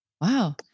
wow